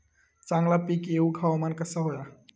चांगला पीक येऊक हवामान कसा होया?